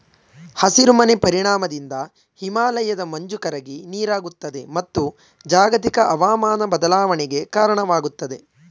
ಹಸಿರು ಮನೆ ಪರಿಣಾಮದಿಂದ ಹಿಮಾಲಯದ ಮಂಜು ಕರಗಿ ನೀರಾಗುತ್ತದೆ, ಮತ್ತು ಜಾಗತಿಕ ಅವಮಾನ ಬದಲಾವಣೆಗೆ ಕಾರಣವಾಗುತ್ತದೆ